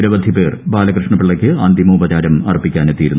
നിരവധി ബാലകൃഷ്ണപിള്ളയ്ക്ക് അന്തിമോപചാരം പേർ അർപ്പിക്കാനെത്തിയിരുന്നു